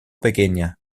pequeña